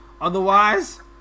Otherwise